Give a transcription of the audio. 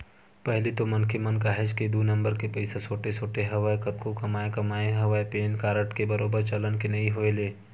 पहिली तो मनखे मन काहेच के दू नंबर के पइसा सोटे सोटे हवय कतको कमाए कमाए हवय पेन कारड के बरोबर चलन के नइ होय ले